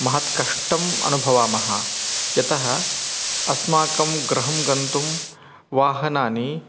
महत्कष्टम् अनुभवामः यतः अस्माकं गृहं गन्तुं वाहनानि